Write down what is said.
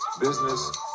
business